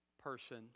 person